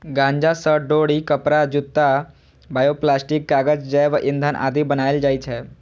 गांजा सं डोरी, कपड़ा, जूता, बायोप्लास्टिक, कागज, जैव ईंधन आदि बनाएल जाइ छै